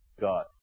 God